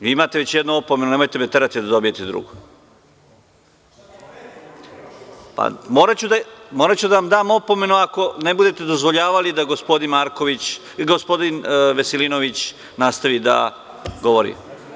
Vi imate već jednu opomenu, nemojte me terati da dobijete drugu. (Balša Božović, s mesta: Pretite?) Pa, moraću da vam dam opomenu ako ne budete dozvoljavali da gospodin Marković, gospodin Veselinović nastavi da govori.